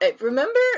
Remember